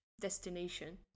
destination